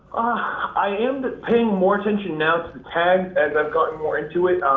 i am but paying more attention now to the tags, as i've gotten more into it.